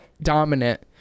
dominant